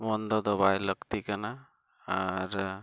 ᱵᱚᱱᱫᱚ ᱫᱚ ᱵᱟᱭ ᱞᱟᱹᱠᱛᱤ ᱠᱟᱱᱟ ᱟᱨ